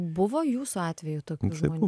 buvo jūsų atveju tokių žmonių